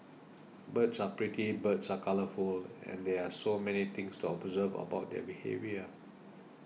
birds are pretty birds are colourful and there are so many things to observe about their behaviour